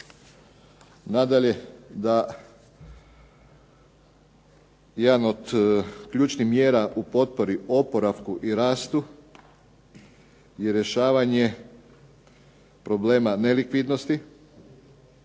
Nadalje da jedan od ključnih mjera u potpori, oporavku i rastu je rješavanje problema nelikvidnosti